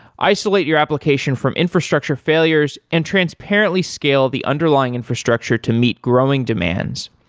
isolate your application from infrastructure failures and transparently scale the underlying infrastructure to meet growing demands,